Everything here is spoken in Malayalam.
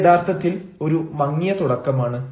ഇത് യഥാർത്ഥത്തിൽ ഒരു മങ്ങിയ തുടക്കമാണ്